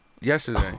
yesterday